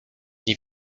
nie